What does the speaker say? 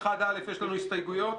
1א יש לנו הסתייגויות?